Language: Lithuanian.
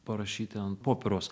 parašyti ant popieriaus